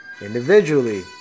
individually